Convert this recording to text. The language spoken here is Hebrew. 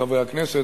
חברי הכנסת,